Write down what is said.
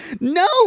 No